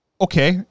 okay